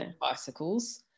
bicycles